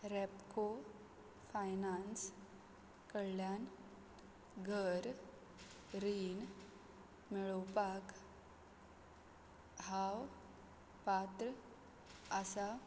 Repco finance कडल्यान घर रीण मेळोवपाक हांव पात्र आसा